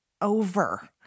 over